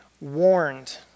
warned